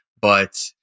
but-